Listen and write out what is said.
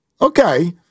Okay